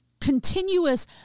continuous